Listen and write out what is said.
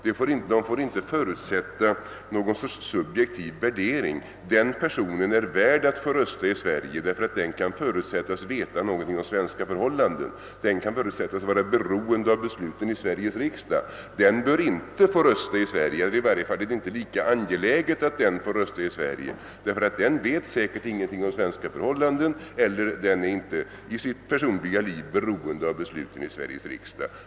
De får inte förutsätta någon subjektiv värdering: den personen är värd att få rösta i Sverige, därför att han kan förutsättas veta någonting om svenska förhållanden och kan förutsättas vara beroende av besluten i Sveriges riksdag, men den personen bör inte få rösta i Sverige — eller det är i varje fall inte lika angeläget att han får rösta här — eftersom han inte vet någonting om svenska förhållanden eller i sitt personliga liv inte är beroende av besluten i Sveriges riksdag.